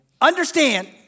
understand